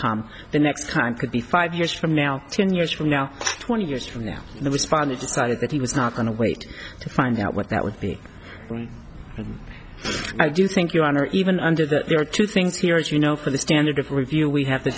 come the next time could be five years from now ten years from now twenty years from now the responded decided that he was not going to wait to find out what that would be and i do think your honor even under that there are two things here is you know for the standard of review we have t